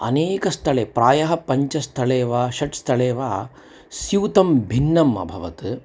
अनेकस्थले प्रायः पञ्च स्थले वा षड् स्थले वा स्यूतं भिन्नम् अभवत्